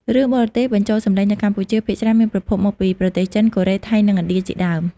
រឿងបរទេសបញ្ចូលសម្លេងនៅកម្ពុជាភាគច្រើនមានប្រភពមកពីប្រទេសចិន កូរ៉េ ថៃ និងឥណ្ឌាជាដើម។